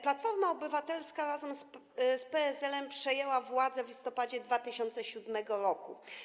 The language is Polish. Platforma Obywatelska razem z PSL-em przejęła władzę w listopadzie 2007 r.